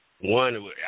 one